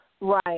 Right